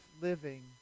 living